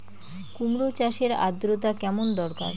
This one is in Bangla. কুমড়ো চাষের আর্দ্রতা কেমন দরকার?